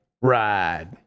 ride